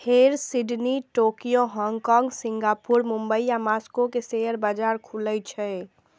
फेर Sydney, Tokyo, Hong Kong, Singapore, Mumbai आ Moscow के शेयर बाजार खुलै छै